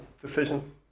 decision